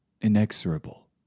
inexorable